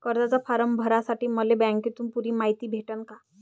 कर्जाचा फारम भरासाठी मले बँकेतून पुरी मायती भेटन का?